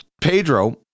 Pedro